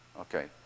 Okay